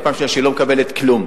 ופעם שנייה שהיא לא מקבלת כלום,